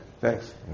thanks